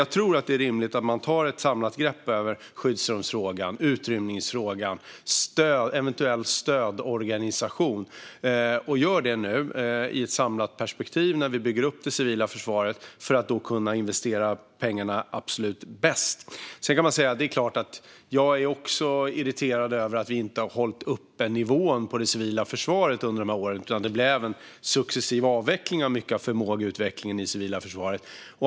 Jag tror att det är rimligt att ta ett samlat grepp på skyddsrumsfrågan, utrymningsfrågan och eventuell stödorganisation när vi nu bygger upp det civila försvaret så att vi investerar pengarna absolut bäst. Jag är också irriterad över att vi inte har hållit uppe nivån på det civila försvaret under dessa år och att det har skett en successiv avveckling av mycket av förmågeutvecklingen i det civila försvaret.